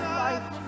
life